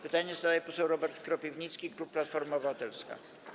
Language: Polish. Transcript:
Pytanie zadaje poseł Robert Kropiwnicki, klub Platforma Obywatelska.